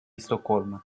stoccolma